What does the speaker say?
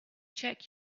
check